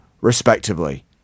respectively